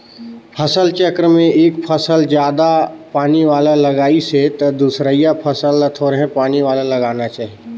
फसल चक्र में एक फसल जादा पानी वाला लगाइसे त दूसरइया फसल ल थोरहें पानी वाला लगाना चाही